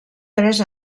tres